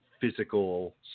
physical